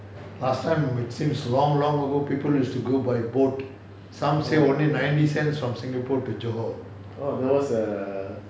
last time which seems long long ago people use to go by the boat some say only ninety cents from singapore to johor